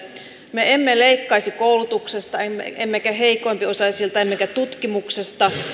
me emme leikkaisi koulutuksesta emmekä emmekä heikompiosaisilta emmekä tutkimuksesta